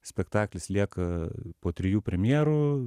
spektaklis lieka po trijų premjerų